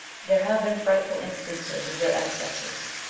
there have been frightful instances of their excesses,